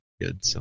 good